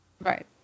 Right